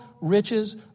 riches